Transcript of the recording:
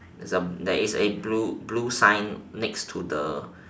the there's a blue blue sign next to the